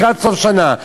לקראת סוף שנה,